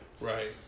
Right